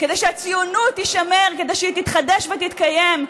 כדי שהציונות תישמר, כדי שהיא תתחדש ותתקיים,